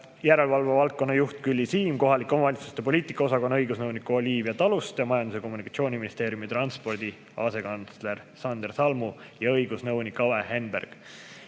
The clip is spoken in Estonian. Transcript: järelevalve valdkonna juht Külli Siim ja kohalike omavalitsuste poliitika osakonna õigusnõunik Olivia Taluste ning Majandus‑ ja Kommunikatsiooniministeeriumi transpordi asekantsler Sander Salmu ja õigusnõunik Ave Henberg.